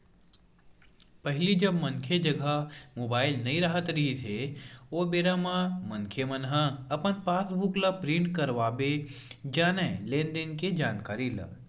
पहिली जब मनखे जघा मुबाइल नइ राहत रिहिस हे ओ बेरा म मनखे मन ह अपन पास बुक ल प्रिंट करवाबे जानय लेन देन के जानकारी ला